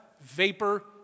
vapor